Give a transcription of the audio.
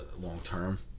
long-term